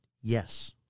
yes